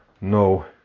no